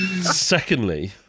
Secondly